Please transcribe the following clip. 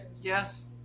Yes